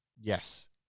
Yes